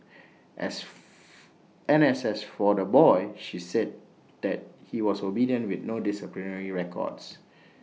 as and as for the boy she said that he was obedient with no disciplinary records